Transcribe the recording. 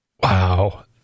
Wow